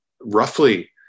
roughly